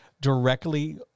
directly